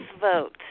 vote